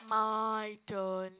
my turn